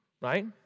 Right